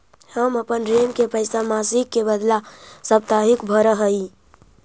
हम अपन ऋण के पैसा मासिक के बदला साप्ताहिक भरअ ही